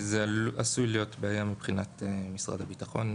זו עשויה להיות בעיה מבחינת משרד הביטחון,